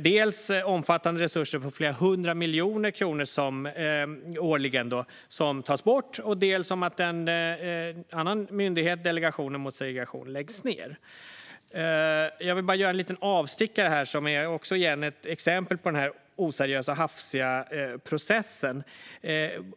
Dels tas omfattande resurser för flera hundra miljoner kronor årligen bort, dels läggs en annan myndighet, Delegationen mot segregation, ned. Jag vill göra en liten avstickare som också ger exempel på den här oseriösa och hafsiga processen.